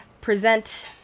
present